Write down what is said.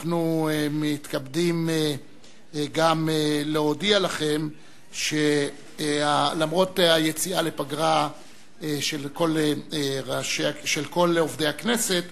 אנחנו מתכבדים גם להודיע לכם שלמרות היציאה לפגרה של כל עובדי הכנסת,